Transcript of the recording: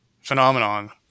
phenomenon